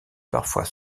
parfois